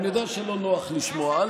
אני יודע שלא נוח לשמוע.